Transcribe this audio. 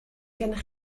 gennych